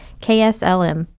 KSLM